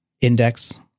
index